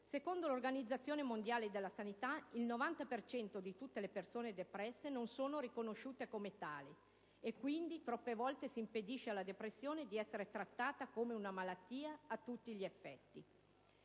Secondo l'Organizzazione mondiale della sanità, il 90 per cento di tutte le persone depresse non sono riconosciute come tali e, quindi, troppe volte si impedisce alla depressione di essere trattata come una malattia a tutti gli effetti.